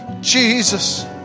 Jesus